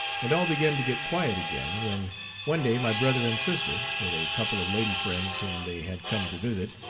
and all began to get quiet again, when one day my brother and sister, with a couple of lady friends whom they had come to visit,